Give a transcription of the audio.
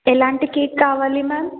ఎలాంటి కేక్ కావాలి మ్యామ్